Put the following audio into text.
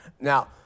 Now